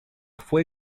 fue